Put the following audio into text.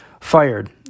fired